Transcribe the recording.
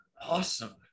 awesome